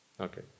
Okay